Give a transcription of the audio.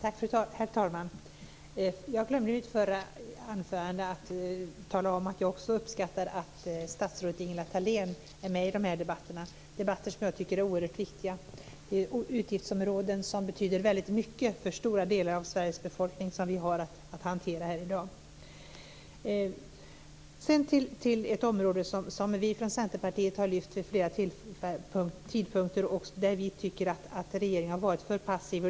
Herr talman! Jag glömde i mitt förra anförande att tala om att också jag uppskattar att statsrådet Ingela Thalén är med i de här debatterna, som jag tycker är oerhört viktiga. Det är utgiftsområden som betyder väldigt mycket för stora delar av Sveriges befolkning som vi har att hantera i dag. Sedan till ett område som vi från Centerpartiet har lyft fram vid flera tidpunkter och där vi tycker att regeringen har varit för passiv.